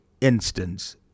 instance